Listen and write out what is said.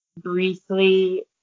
briefly